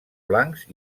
blancs